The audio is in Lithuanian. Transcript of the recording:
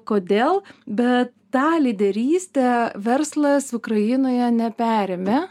kodėl be tą lyderystę verslas ukrainoje neperėmė